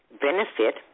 benefit